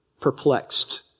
perplexed